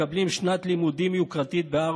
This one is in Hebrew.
חשוב גם להזכיר את תמיכת ראשי הקרן ורבים מבוגריה בהסכם